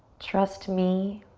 trust me.